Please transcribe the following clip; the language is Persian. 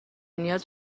نیاز